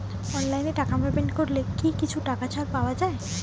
অনলাইনে টাকা পেমেন্ট করলে কি কিছু টাকা ছাড় পাওয়া যায়?